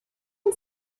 und